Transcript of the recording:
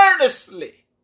earnestly